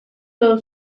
todo